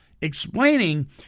explaining